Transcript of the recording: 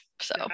So-